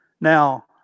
Now –